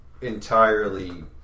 entirely